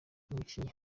umukinnyi